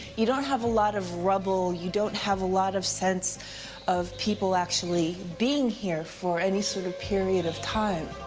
you don't have a lot of rubble. you don't have a lot of sense of people actually being here any sort of period of time.